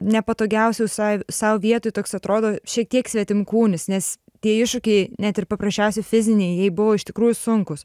nepatogiausioj sai sau vietoj toks atrodo šiek tiek svetimkūnis nes tie iššūkiai net ir paprasčiausi fiziniai jai buvo iš tikrųjų sunkūs